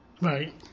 Right